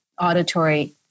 auditory